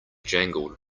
jangled